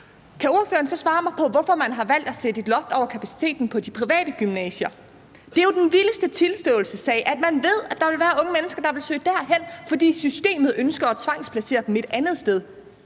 Kan ordføreren så svare mig på, hvorfor man har valgt at sætte et loft over kapaciteten på de private gymnasier? Det er jo den vildeste tilståelsessag, at man ved, at der vil være unge mennesker, der vil søge derhen, fordi systemet ønsker at tvangsplacere dem et andet sted.